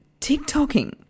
TikToking